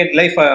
life